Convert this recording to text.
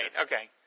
okay